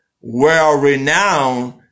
well-renowned